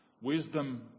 Wisdom